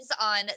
on